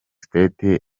state